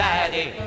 Daddy